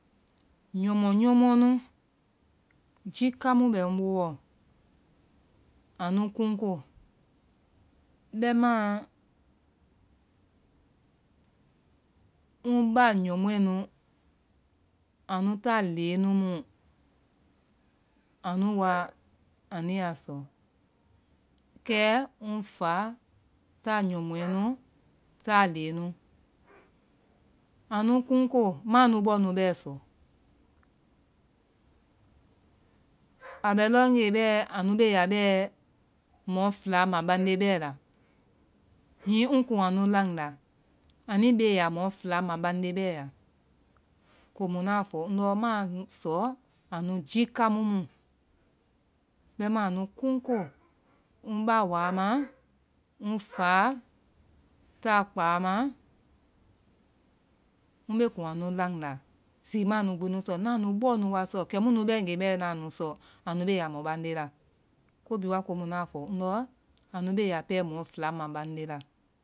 nyɔmɔ nyɔmɔ nu jiika mu bɛ ŋ booɔ, anu kuŋkoo. bɛimaã ŋ ba nyɔmɔɛ nu, anu ta leŋɛ nu mu anu woa anu yaa sɔ. Kɛ ŋ fa ta nyɔmɔɛ nu ta leŋɛ nu anu kuŋkoo, ŋ ma anu bɔɔ nu bɛɛ sɔ. Á bɛ lɔ gee bɛɛ anu beeya mɔfɛla mabande bɛɛ la, híŋí ŋ kuŋ anu laŋnda, anuĩ beeya mɔfila mabandee bɛɛ ya. Komu ŋna a fɔ, ŋndɔ maã anu sɔ anu jiika mu mu. Bɛimaã anu kuŋ koo, ŋ ba waa ma, ŋ fa ta kpaa ma, mbee kuŋ anu laŋndá, si maã anu gbi nu sɔ, ŋna a nu bɔɔ nu wa sɔ. Kɛ munu wáegee bɛɛ ŋna anu sɔ, a beea mɔbande la. ko bhíí wa komu ndɔ anu beea pɛɛ mɔ fɛla mabande la.